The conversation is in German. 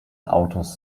autos